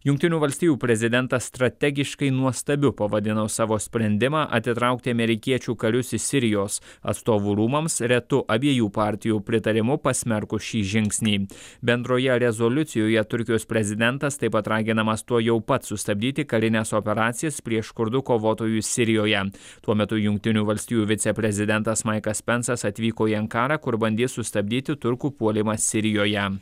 jungtinių valstijų prezidentas strategiškai nuostabiu pavadino savo sprendimą atitraukti amerikiečių karius iš sirijos atstovų rūmams retu abiejų partijų pritarimu pasmerkus šį žingsnį bendroje rezoliucijoje turkijos prezidentas taip pat raginamas tuojau pat sustabdyti karines operacijas prieš kurdų kovotojus sirijoje tuo metu jungtinių valstijų viceprezidentas maikas pensas atvyko į ankarą kur bandys sustabdyti turkų puolimą sirijoje